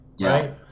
right